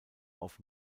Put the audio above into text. auf